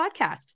podcast